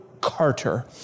Carter